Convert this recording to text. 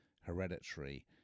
Hereditary